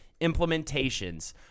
implementations